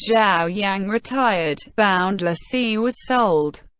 zhao yang retired, boundless sea was sold.